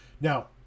Now